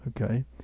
Okay